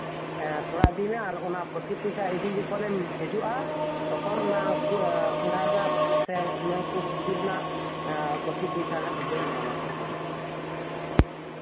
ᱦᱮᱸ ᱛᱷᱚᱲᱟ ᱤᱫᱤᱭ ᱢᱮ ᱟᱨ ᱵᱟᱠᱤ ᱯᱚᱭᱥᱟ ᱤᱫᱤ ᱡᱚᱠᱷᱚᱱᱮᱢ ᱦᱤᱡᱩᱜᱼᱟ ᱛᱚᱠᱷᱚᱱ ᱚᱱᱟ ᱠᱚᱸᱰᱷᱟ ᱨᱮᱱᱟᱜ ᱥᱮ ᱚᱱᱟ ᱠᱚ ᱥᱚᱵᱡᱤ ᱨᱮᱱᱟᱜ ᱮᱸ ᱵᱟᱠᱤ ᱯᱚᱭᱥᱟ ᱦᱟᱸᱜ ᱡᱚᱛᱚᱧ ᱮᱢᱟᱢᱟ ᱛᱚᱠᱷᱚᱱ ᱜᱮ